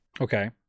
okay